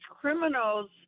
criminals